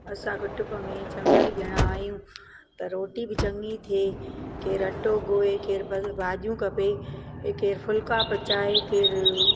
असां कुटुब में चङा ई ॼणा आहियूं त रोटी बि चङी थिए केरु अटो गोहे केरु भाॼियूं कपे केरु फुल्का पचाए केरु